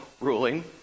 ruling